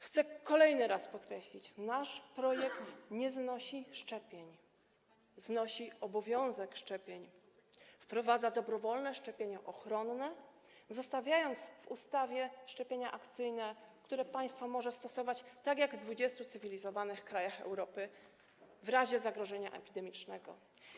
Chcę po raz kolejny podkreślić, że nasz projekt nie znosi szczepień, znosi obowiązek szczepień, wprowadza dobrowolne szczepienia ochronne, pozostawiając szczepienia akcyjne, które państwo może stosować tak jak w 20 cywilizowanych krajach Europy w razie zagrożenia epidemicznego.